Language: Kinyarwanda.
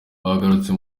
bagarutse